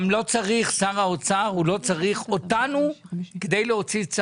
גם לא צריך כי שר האוצר לא צריך אותנו כדי להוציא.